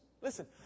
listen